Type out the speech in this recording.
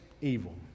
evil